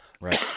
Right